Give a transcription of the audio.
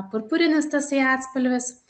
purpurinis tasai atspalvis